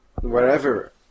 wherever